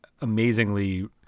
amazingly